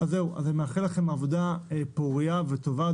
אני מאחל לכם עבודה פורייה וטובה.